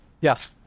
Yes